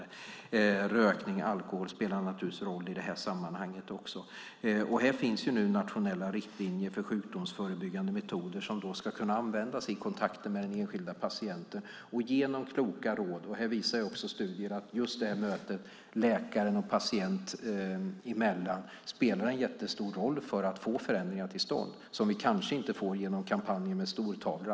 Rökning och alkohol spelar naturligtvis också en roll. Det finns nationella riktlinjer för sjukdomsförebyggande metoder som ska kunna användas i kontakt med patienten. Studier visar att mötet mellan läkare och patient spelar stor roll för att man ska få till stånd förändringar som vi kanske inte får genom kampanjer med stortavlor.